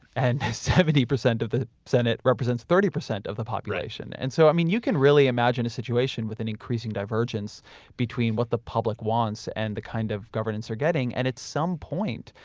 and seventy percent of the senate represents thirty percent of the population. and so i mean, you can really imagine a situation with an increasing divergence between what the public wants and the kind of governance are getting. and at some point,